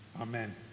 Amen